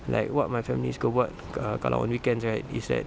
like what my family suka buat ka~ kalau on weekends right is that